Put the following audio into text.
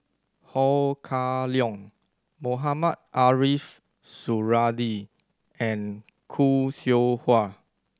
Ho Kah Leong Mohamed Ariff Suradi and Khoo Seow Hwa